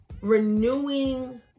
renewing